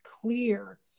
clear